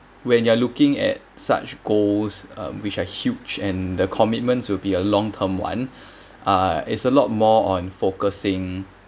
when you are looking at such goals um which are huge and the commitments will be a long term one uh it's a lot more on focusing